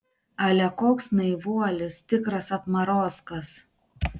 ale koks naivuolis tikras atmarozkas